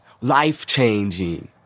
life-changing